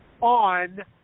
on